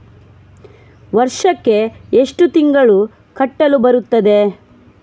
ವರ್ಷಕ್ಕೆ ಎಷ್ಟು ತಿಂಗಳು ಕಟ್ಟಲು ಬರುತ್ತದೆ?